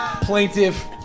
plaintiff